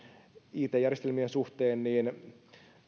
it järjestelmien suhteen